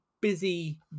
busy